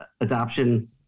adoption